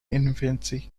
infancy